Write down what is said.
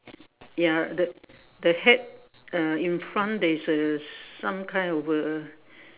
ya the the hat uh in front there's a some kind of a